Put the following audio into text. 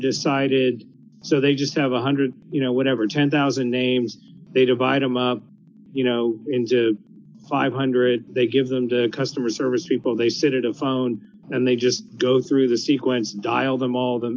decided so they just have a one hundred you know whatever ten thousand names they divide him a you know five hundred they give them to customer service people they sit at a phone and they just go through the sequence dial them all them